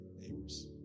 neighbors